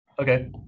Okay